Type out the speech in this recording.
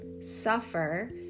Suffer